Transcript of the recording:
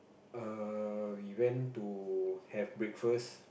err we went to have breakfast